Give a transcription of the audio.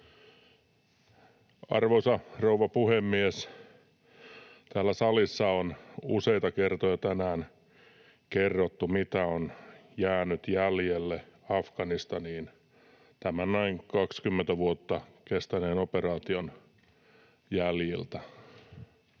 Arvoisa rouva puhemies! Täällä salissa on useita kertoja tänään kerrottu, mitä on jäänyt jäljelle Afganistaniin tämän noin 20 vuotta kestäneen operaation jäljiltä.